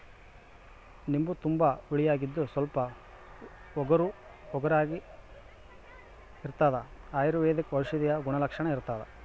ನಿಂಬು ತುಂಬಾ ಹುಳಿಯಾಗಿದ್ದು ಸ್ವಲ್ಪ ಒಗರುಒಗರಾಗಿರಾಗಿರ್ತದ ಅಯುರ್ವೈದಿಕ ಔಷಧೀಯ ಗುಣಲಕ್ಷಣ ಇರ್ತಾದ